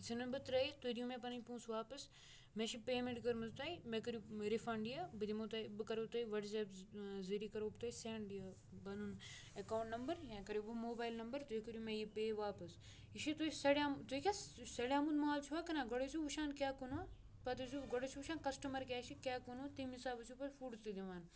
یہِ ژھٕنَن بہٕ ترٛٲیِتھ تُہۍ دِیِو مےٚ پَنٕںۍ پونٛسہٕ واپَس مےٚ چھِ پیمٮ۪نٛٹ کٔرمٕژ تۄہہِ مےٚ کٔرِو رِفَںٛڈ یہِ بہٕ دِمو تۄہہِ بہٕ کَرو تۄہہِ وَٹزیپ ذٔریعہِ کَرو بہٕ تۄہہِ سٮ۪نٛڈ یہِ پَنُن اٮ۪کاوُنٛٹ نمبر یا کَرو بہٕ موبایل نمبر تُہۍ کٔرِو مےٚ یہِ پے واپَس یہِ چھِ تُہۍ سَڑیٛامُت تُہۍ کیٛاہ یہِ چھُ سڑیٛامُت ماز چھُوا کٕنان گۄڈٕ ٲسِو وٕچھان کیٛاہ کٕنو پَتہٕ ٲسِو گۄڈٕ ٲسِو وٕچھان کَسٹٕمَر کیٛاہ چھِ کیٛاہ کٕنو تمہِ حِساب ٲسِو پَتہٕ فوٗڈ تہِ دِوان